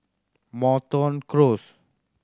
Moreton Close